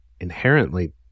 inherently